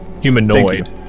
Humanoid